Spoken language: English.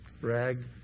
rag